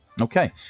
Okay